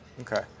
Okay